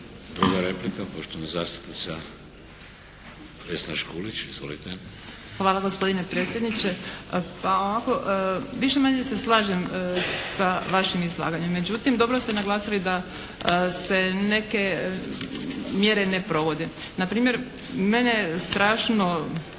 Druga replika poštovana zastupnica Vesna Škulić. Izvolite. **Škulić, Vesna (SDP)** Hvala, gospodine predsjedniče. Više-manje se slažem sa vašim izlaganjem, međutim dobro ste naglasili da se neke mjere ne provode. Na primjer, mene strašno